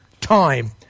time